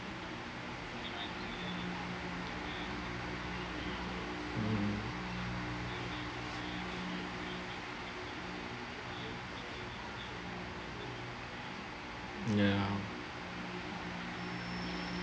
mm ya